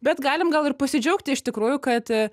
bet galim gal ir pasidžiaugti iš tikrųjų kad